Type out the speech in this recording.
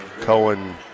Cohen